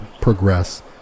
progress